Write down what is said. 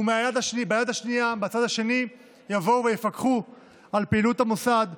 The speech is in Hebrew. ומהצד השני יבואו יפקחו על פעילות המוסד,